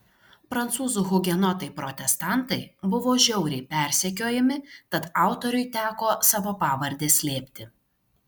prancūzų hugenotai protestantai buvo žiauriai persekiojami tad autoriui teko savo pavardę slėpti